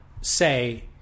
say